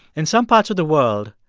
in some parts of the world,